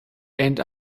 end